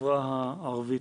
החברה הערבית.